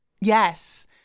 Yes